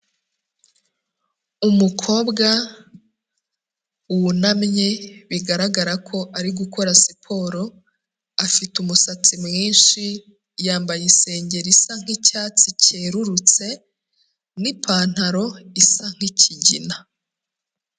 Umukobwa wunamye bigaragara ko ari gukora siporo, afite umusatsi mwinshi yambaye isengeri isa nk'icyatsi cyererutse n'ipantaro isa nk'ikigina.